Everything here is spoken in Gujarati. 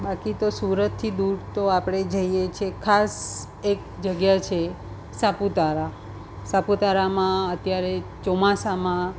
બાકી તો સુરતથી દૂર તો આપણે જઈએ છીએ ખાસ એક જગ્યા છે સાપુતારા સાપુતારામાં અત્યારે ચોમાસામાં